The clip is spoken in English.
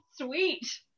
Sweet